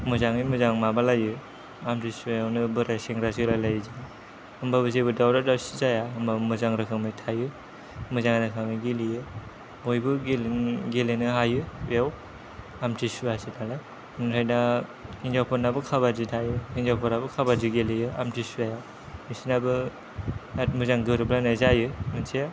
मोजाङै मोजां माबालायो आम्तिसुवायावनो बोराय सेंग्रा जोलाय लायो होमबाबो जेबो दावराव दावसि जाया मोजां रोखोमै थायो मोजां रोखोमै गेलेयो बयबो गेलेनो गेलेनो हायो बेयाव आम्तिसुवासोनालाय ओमफ्राय दा हिन्जावफोरनाबो काबादि थायो हिन्जावफोराबो काबादि गेलेयो आम्तिसुवायाव बिसिनाबो बिराद मोजां गोरोबलायनाय जायो मोनसे